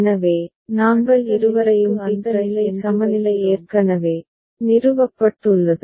எனவே நாங்கள் இருவரையும் டிக் ரைட் என்று வைக்கிறோம் அடுத்த நிலைக்கு அந்த நிலை சமநிலை ஏற்கனவே நிறுவப்பட்டுள்ளது